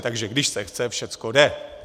Takže když se chce, všechno jde.